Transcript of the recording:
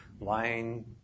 lying